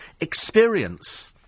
experience